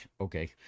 Okay